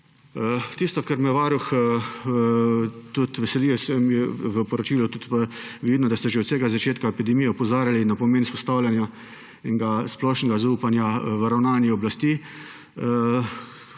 Tisto, kar me, varuh, veseli v poročilu, je, da je vidno, da ste že od vsega začetka epidemije opozarjali na pomen vzpostavljanja enega splošnega zaupanja v ravnanje oblasti,